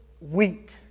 weak